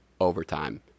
overtime